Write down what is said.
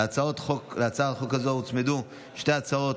להצעת החוק הזו הוצמדו שתי הצעות,